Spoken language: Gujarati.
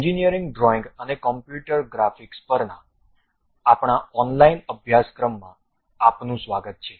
એન્જિનિયરિંગ ડ્રોઇંગ અને કમ્પ્યુટર ગ્રાફિક્સ પરના આપણા ઓનલાઇન અભ્યાસક્રમ માં આપનું સ્વાગત છે